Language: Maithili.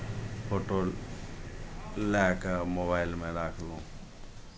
फोटो लए कऽ मोबाइलमे राखलहुँ